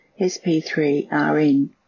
SP3RN